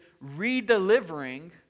re-delivering